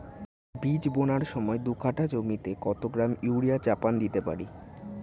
বীজ বোনার সময় দু কাঠা জমিতে কত গ্রাম ইউরিয়া চাপান দিতে পারি?